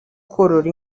korora